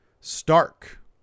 Stark